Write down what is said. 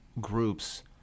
groups